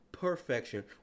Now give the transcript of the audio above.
perfection